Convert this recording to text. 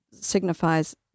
signifies